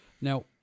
Now